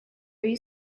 you